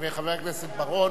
חבר הכנסת רוני בר-און